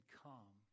come